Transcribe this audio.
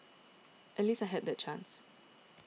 at least I had that chance